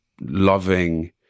loving